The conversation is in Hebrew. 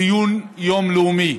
ציון יום לאומי